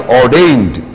ordained